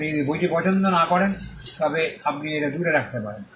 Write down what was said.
আপনি যদি বইটি পছন্দ না করেন তবে আপনি এটি দূরে রাখতে পারেন